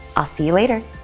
ah see you later.